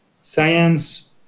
science